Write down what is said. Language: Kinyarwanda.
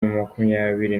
makumyabiri